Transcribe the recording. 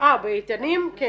באיתנים, כן